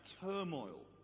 turmoil